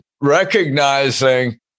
recognizing